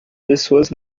pessoas